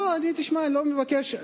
תשמע, אני לא מבקש.